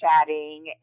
chatting